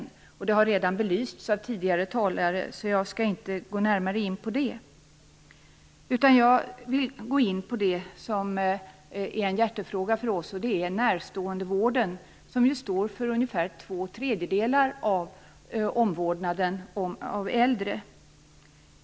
Denna fråga har också belysts av tidigare talare, så jag skall inte gå närmare in på den. Jag vill i stället gå in på det som är en hjärtefråga för oss, nämligen närståendevården, som ju står för ungefär två tredjedelar av omvårdnaden om äldre.